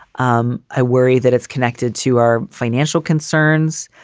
um i worry that it's connected to our financial concerns.